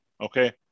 okay